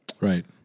Right